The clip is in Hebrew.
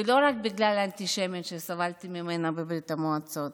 ולא רק בגלל האנטישמיות שסבלתי ממנה בברית המועצות,